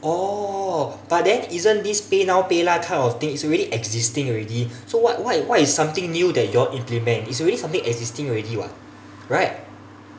oh but then isn't this paynow paylah kind of thing it's already existing already so what what is something new that you all implement it's already something existing already [what] right